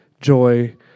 joy